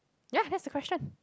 ya has the question